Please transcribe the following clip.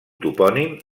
topònim